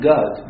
God